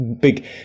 big